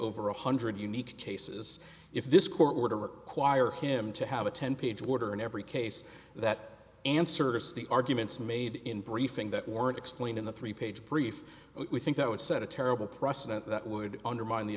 over one hundred unique cases if this court were to require him to have a ten page order in every case that answers the arguments made in briefing that were explained in the three page brief we think that would set a terrible precedent that would undermine the